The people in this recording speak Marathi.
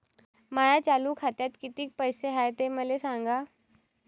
माया चालू खात्यात किती पैसे हाय ते मले सांगा